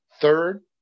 Third